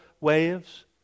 waves